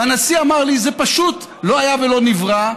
והנשיא אמר לי: זה פשוט לא היה ולא נברא.